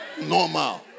Normal